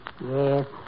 Yes